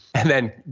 and then,